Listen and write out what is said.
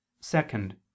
Second